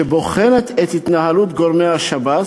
שבוחנת את התנהלות גורמי השב"ס.